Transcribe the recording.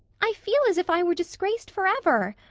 i feel as if i were disgraced forever.